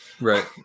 Right